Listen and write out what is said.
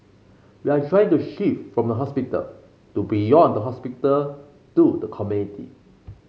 we are trying to shift from the hospital to beyond the hospital to the community